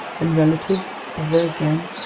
and relatives ever again?